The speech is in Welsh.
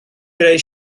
greu